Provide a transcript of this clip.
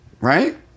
Right